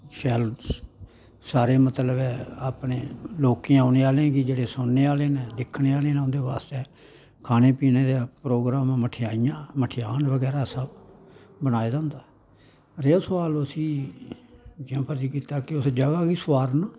शैल सारे मतलब ऐ अपने लोकें औने आह्लें गी जेह्ड़े सुनन्ने आह्ले न दिक्खने आह्ले न उं'दै बास्तै खाने पीने दा प्रोग्राम मठेआइयां मठेआन बगैरा सब बनाए दा होंदा रेहा सोआल उस्सी जि'यां फर्ज कीता कि उस जगह गी सोआरना